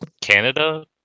canada